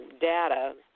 data